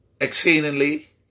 exceedingly